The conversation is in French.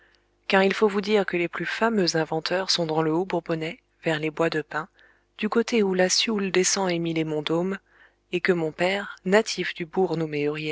car il faut vous dire que les plus fameux inventeurs sont dans le haut bourbonnais vers les bois de pins du côté où la sioule descend emmi les monts dômes et que mon père natif du bourg